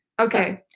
Okay